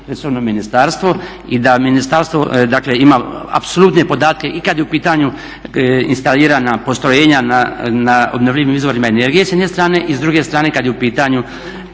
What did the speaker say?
resorno ministarstvo i da ministarstvo ima apsolutne podatke i kada je u pitanju instalirana postrojenja na obnovljivim izvorima energije s jedne strane i s druge strane kada je su pitanju